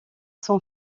son